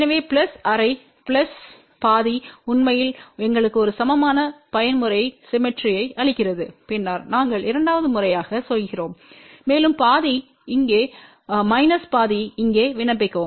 எனவே பிளஸ் அரை பிளஸ் பாதி உண்மையில் எங்களுக்கு ஒரு சமமான பயன்முறை சிம்மெட்ரியை அளிக்கிறது பின்னர் நாங்கள் இரண்டாவது முறையாகச் செய்கிறோம் மேலும் பாதி இங்கே மைனஸ் பாதி இங்கே விண்ணப்பிக்கவும்